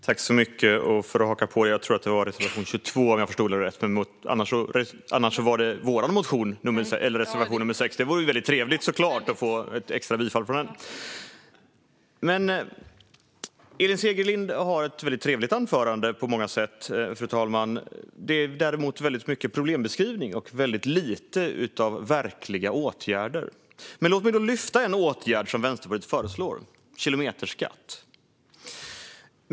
Fru talman! Jag tror att det var reservation 22 som Elin Segerlind avsåg att yrka bifall till, för reservation 6 är vår. Det vore såklart väldigt trevligt att få extra bifall för den. Elin Segerlind håller ett väldigt trevligt anförande på många sätt. Det innehåller däremot mycket av problembeskrivning och väldigt lite av verkliga åtgärder. Låt mig då lyfta fram en åtgärd som Vänsterpartiet föreslår, nämligen kilometerskatt.